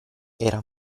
era